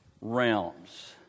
realms